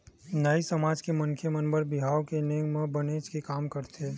नाई समाज के मनखे के बर बिहाव के नेंग म बनेच के काम रहिथे